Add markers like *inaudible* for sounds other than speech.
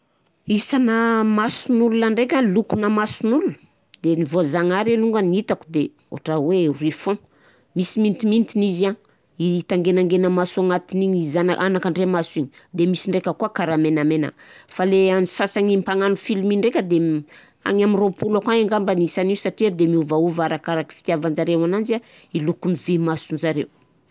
Isana mason'ol ndraika, lokona mason'ol, de ny voazagnahary alongany hitako de ohatra hoe roy foagna misy mintimintin'izy an i tangenangena-maso agnatiny igny, i zana- anakandriamaso igny, de mis koà karah menamena fa le an'ny sasagny mpagnano film i ndraika de *hesitation* agny amin'ny roapolo akagny ngamba isan'io satria de miovaova arakaraky fitiavanjareo ananjy a i lokon'ny vy masonjareo.